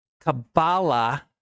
Kabbalah